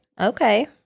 Okay